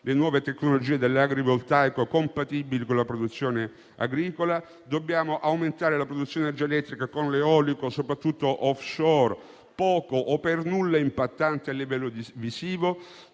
le nuove tecnologie dell'agrovoltaico compatibili con la produzione agricola. Dobbiamo aumentare la produzione idroelettrica con l'eolico, soprattutto *offshore*, poco o per nulla impattante a livello visivo.